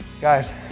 Guys